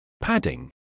padding